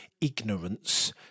ignorance